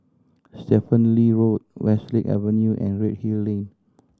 Stephen Lee Road Westlake Avenue and Redhill Lane